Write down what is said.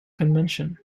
convention